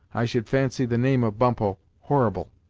i should fancy the name of bumppo horrible!